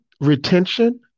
retention